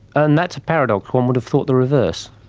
and that's a paradox. one would have thought the reverse.